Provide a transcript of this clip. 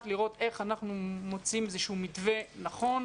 לראות איך אנחנו מוצאים איזשהו מתווה נכון.